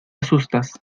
asustas